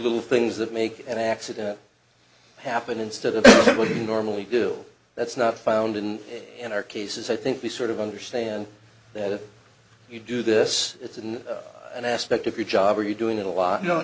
little things that make an accident happen instead of people who normally do that's not found in in our cases i think we sort of understand that if you do this it's in an aspect of your job or you're doing a lot you know